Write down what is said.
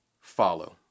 Follow